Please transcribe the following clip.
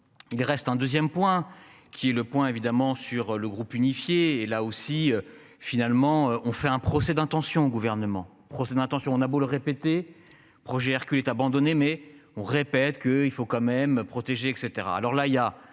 Il reste un 2ème point qui est le point évidemment sur le groupe unifié et, là aussi, finalement, on fait un procès d'intention au gouvernement. Procès d'intention, on a beau le répéter projet Hercule est abandonné mais on répète que il faut quand même protéger etc,